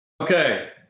Okay